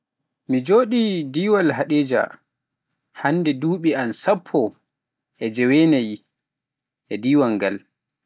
mi joɗi e diwal Hadejia, hannde dubi am sappo e jeewenaayi e diwaal ngal.